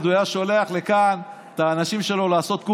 הוא היה עוד שולח לכאן את האנשים שלו לעשות פה